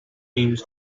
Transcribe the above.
names